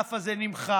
מהענף הזה נמחק.